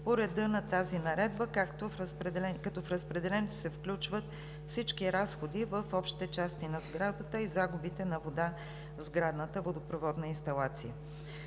по реда на тази наредба, като в разпределението се включват всички разходи в общите части на сградата и загубите на вода в сградната водопроводна инсталация.“